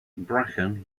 bracken